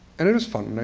and it is fun.